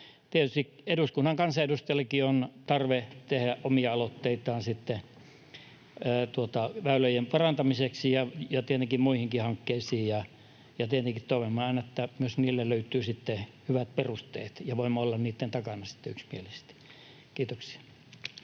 Tietysti eduskunnan kansanedustajillakin on tarve tehdä omia aloitteitaan väylien parantamiseksi ja tietenkin muihinkin hankkeisiin. Ja tietenkin toivomme aina, että myös niille löytyvät sitten hyvät perusteet ja voimme olla niitten takana yksimielisesti. — Kiitoksia.